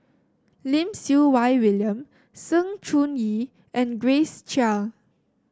Lim Siew Wai William Sng Choon Yee and Grace Chia